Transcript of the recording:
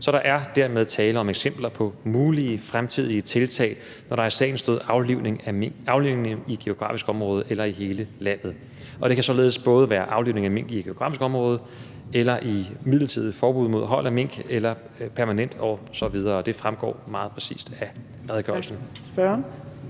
Så der er dermed tale om eksempler på mulige fremtidige tiltag, når der i sagen stod aflivning i et geografisk område eller i hele landet. Og det kan således både være aflivning af mink i et geografisk område eller midlertidigt forbud mod hold af mink eller permanent osv. Og det fremgår meget præcist af redegørelsen.